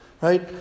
Right